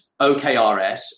OKRS